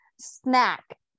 Snack